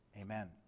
amen